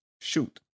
shoot